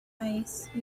ice